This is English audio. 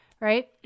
right